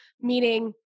meaning